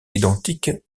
identiques